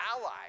ally